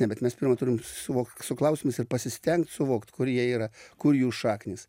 ne bet mes turim suvokt su klausimais ir pasistengt suvokt kur jie yra kur jų šaknys